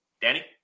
Danny